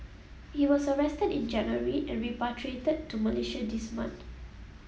he was arrested in January and repatriated to Malaysia this month